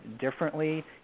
differently